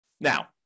Now